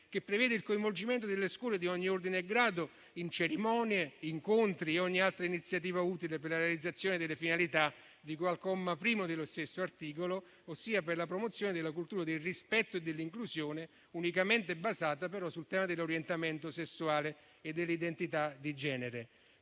che prevede il coinvolgimento delle scuole di ogni ordine e grado in cerimonie, incontri e ogni altra iniziativa utile per la realizzazione delle finalità di cui al comma 1 dello stesso articolo, ossia per la promozione della cultura del rispetto e dell'inclusione unicamente basata, però, sul tema dell'orientamento sessuale e dell'identità di genere.